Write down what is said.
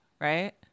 right